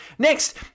Next